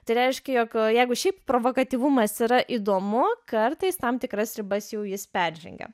tai reiškia jog jeigu šiaip provakatyvumas yra įdomu kartais tam tikras ribas jau jis peržengia